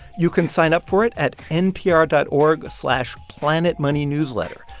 you can sign up for it at npr dot org slash planetmoneynewsletter.